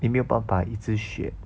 你没有办法一直选